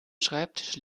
schreibtisch